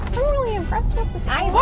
really impressed with the signing that